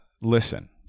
listen